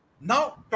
Now